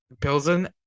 Pilsen